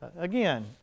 Again